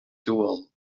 duel